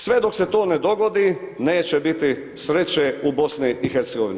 Sve dok se to ne dogodi neće biti sreće u BiH.